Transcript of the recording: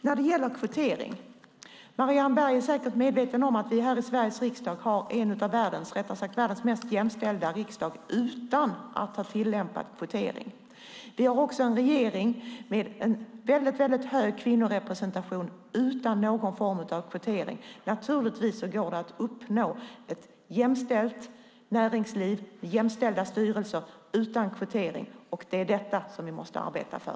När det gäller kvotering är Marianne Berg säkert medveten om att vi i Sverige har världens mest jämställda riksdag utan att ha tillämpat kvotering. Vi har en regering med mycket hög kvinnorepresentation utan någon form av kvotering. Naturligtvis kan man uppnå ett jämställt näringsliv, jämställda styrelser, utan kvotering. Det är det vi måste arbeta för.